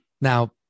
Now